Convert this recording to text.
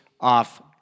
off